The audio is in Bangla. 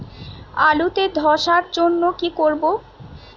আলুতে ধসার জন্য কি করব?